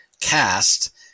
cast